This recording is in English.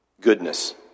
Goodness